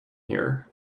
here